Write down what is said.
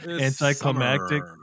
Anticlimactic